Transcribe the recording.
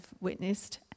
witnessed